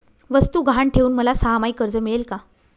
वस्तू गहाण ठेवून मला सहामाही कर्ज मिळेल का?